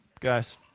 guys